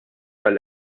għall